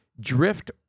drift